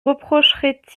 reprocherait